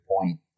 point